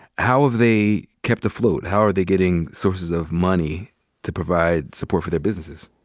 how have they kept afloat? how are they getting sources of money to provide support for their businesses?